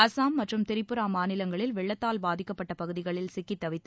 அசாம் மற்றும் திரிபுரா மாநிலங்களில் வெள்ளத்தால் பாதிக்கப்பட்ட பகுதிகளில் சிக்கி தவித்த